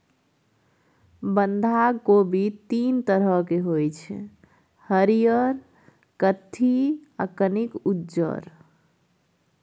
बंधा कोबी तीन तरहक होइ छै हरियर, कत्थी आ कनिक उज्जर